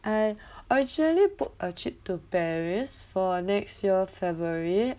I originally booked a trip to paris for next year february